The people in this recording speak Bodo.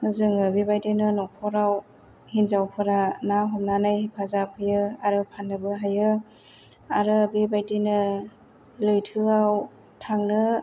जोङो बेबायदिनो नखराव हिन्जावफोरा ना हमनानै हेफाजाब होयो आरो फाननोबो हायो आरो बेबायदिनो लैथोआव थांनो